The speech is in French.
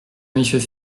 monsieur